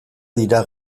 dira